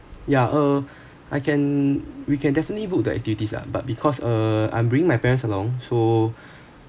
yeah uh I can we can definitely book the activities lah but because uh I'm bringing my parents along so